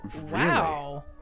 wow